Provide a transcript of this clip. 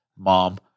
Mom